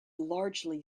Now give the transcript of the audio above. largely